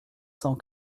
sans